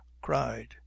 cried